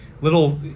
little